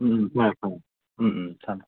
ꯎꯝ ꯎꯝ ꯐꯔꯦ ꯐꯔꯦ ꯎꯝ ꯎꯝ ꯊꯝꯃꯦ ꯊꯝꯃꯦ